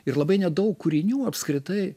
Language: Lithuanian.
ir labai nedaug kūrinių apskritai